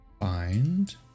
find